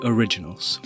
Originals